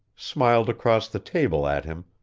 smiled across the table at him,